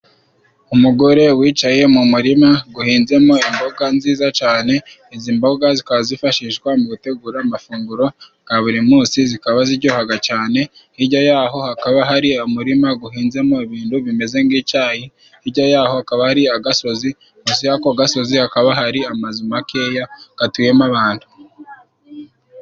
Umugore wicaye mu murima guhinzemo imboga nziza cane. Izi mboga zikaba zifashishwa mu gutegura amafunguro ga buri munsi. Zikaba ziryohaga cane, hirya yaho hakaba hari umurima guhinzemo ibindu bimeze ng'icyayi, hirya yaho hakaba hari agasozi musi y'ako gasozi hakaba hari amazu makeya gatuyemo abantu.